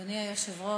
אדוני היושב-ראש,